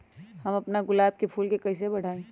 हम अपना गुलाब के फूल के कईसे बढ़ाई?